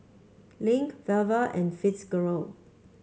Link Velva and Fitzgerald